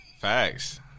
Facts